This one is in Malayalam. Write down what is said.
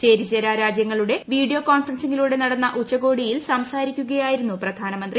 ചേരിചേരാ രാജ്യങ്ങളുടെ വീഡിയോ കോൺഫറൻസിങ്ങിലൂടെ നടന്ന ഉച്ചകോടിയിൽ സംസാരിക്കുകയായിരുന്നു പ്രധാനമന്ത്രി